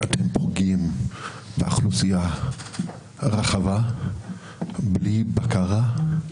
אתם פוגעים באוכלוסייה רחבה בלי בקרה,